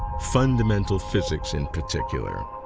fundamental physics in particular.